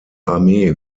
armee